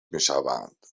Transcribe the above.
میشوند